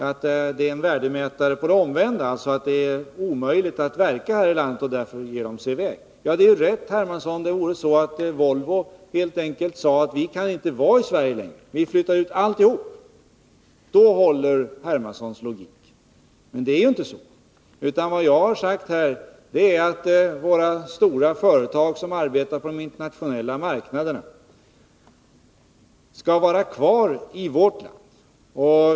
Det skulle vara en värdemätare på det omvända förhållandet — att det är omöjligt att verka här i landet och att de därför ger sig i väg. Ja, det skulle vara rätt, herr Hermansson, om det vore så att Volvo helt enkelt sade: ”Vi kan inte vara i Sverige längre, vi flyttar ut alltihop.” Då skulle herr Hermanssons logik hålla. Men det är inte så. Vad jag har sagt här är att våra stora företag som arbetar på de internationella marknaderna skall vara kvar i vårt land.